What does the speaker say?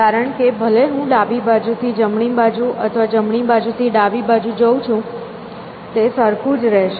કારણ કે ભલે હું ડાબી બાજુથી જમણી બાજુ અથવા જમણી બાજુથી ડાબી બાજુ જઉં છું તે સરખું જ રહેશે